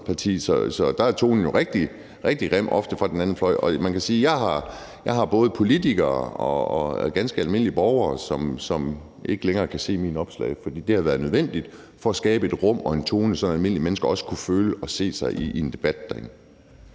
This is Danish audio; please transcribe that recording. og der er tonen jo ofte rigtig, rigtig grim fra den anden fløj, og jeg har både politikere og ganske almindelige borgere, som ikke længere kan se mine opslag, for det har været nødvendigt for at skabe et rum og en tone, så almindelige mennesker også kunne føle sig som en del